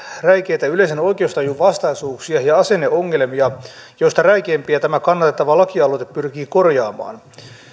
räikeitä yleisen oikeustajun vastaisuuksia ja asenneongelmia joista räikeimpiä tämä kannatettava lakialoite pyrkii korjaamaan